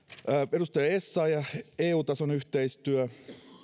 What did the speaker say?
edustaja essayah eu tason yhteistyö